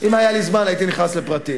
אם היה לי זמן הייתי נכנס לפרטים.